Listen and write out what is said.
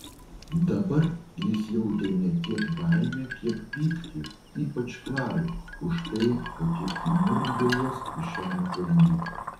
dabar jis jautė ne tiek baimę kiek pyktį ypač klarai už tai kad ji įmurkdė juos į šią makalynę